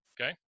Okay